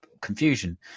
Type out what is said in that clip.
confusion